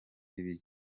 ibiki